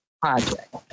project